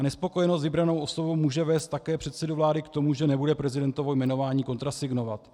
Nespokojenost s vybranou osobou může vést také předsedu vlády k tomu, že nebude prezidentovo jmenování kontrasignovat.